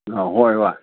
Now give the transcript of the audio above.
ꯑꯥ ꯍꯣꯏ ꯍꯣꯏ